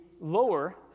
lower